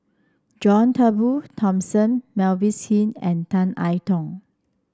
John Turnbull Thomson Mavis Hee and Tan I Tong